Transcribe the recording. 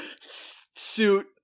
suit